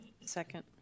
Second